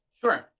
Sure